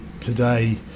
today